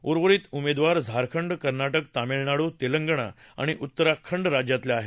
उर्वरित उमेदवार झारखंड कर्नाटक तामिळनाडू तेलंगणा आणि उत्तराखंड राज्यातले आहेत